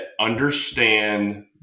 understand